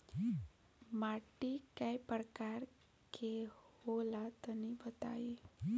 माटी कै प्रकार के होला तनि बताई?